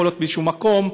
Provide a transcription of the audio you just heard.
יכול להיות משום מקום,